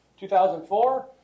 2004